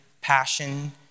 passion